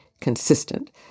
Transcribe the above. consistent